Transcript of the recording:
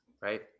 right